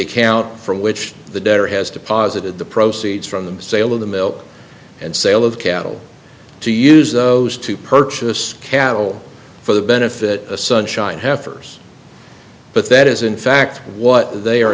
account from which the debtor has deposited the proceeds from the sale of the milk and sale of cattle to use those to purchase cattle for the benefit of sunshine heifers but that is in fact what they are